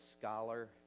scholar